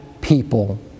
people